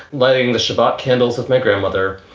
letting the shabbat candles of my grandmother.